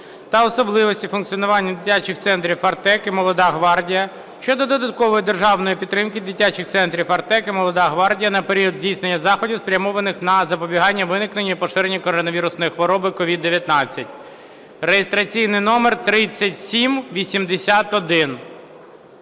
та особливості функціонування дитячих центрів "Артек" і "Молода гвардія" щодо додаткової державної підтримки дитячих центрів "Артек" і "Молода гвардія" на період здійснення заходів, спрямованих на запобігання виникненню і поширенню коронавірусної хвороби (COVID-19) (реєстраційний номер 3781).